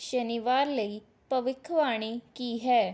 ਸ਼ਨੀਵਾਰ ਲਈ ਭਵਿੱਖਬਾਣੀ ਕੀ ਹੈ